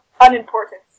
unimportant